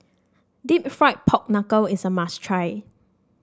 deep fried Pork Knuckle is a must try